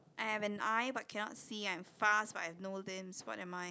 I have an eye but cannot see I am fast but I have no limbs what am I